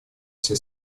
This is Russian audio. все